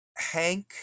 hank